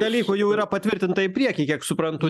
dalykų jau yra patvirtinta į priekį kiek suprantu